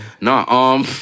nah